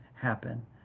happen